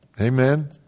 Amen